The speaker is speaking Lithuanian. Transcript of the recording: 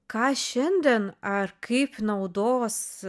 ką šiandien ar kaip naudos